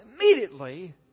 immediately